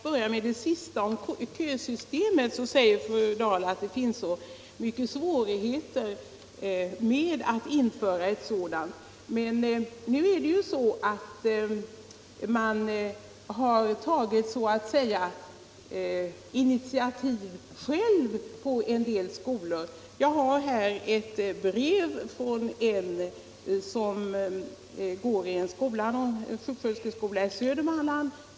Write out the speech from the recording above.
Herr talman! Fru Dahl säger att det finns så många svårigheter med att införa ett kösystem. På en del skolor har man emellertid själv tagit initiativ. Jag har här en artikel som har skrivits av en elev vid en sjuksköterskeskola i Södermanland.